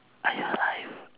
are you alive